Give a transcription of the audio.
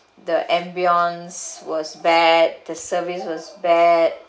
the ambience was bad the service was bad